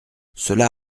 cela